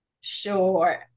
Sure